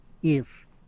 Yes